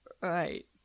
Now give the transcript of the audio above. right